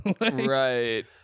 Right